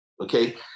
okay